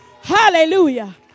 hallelujah